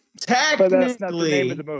Technically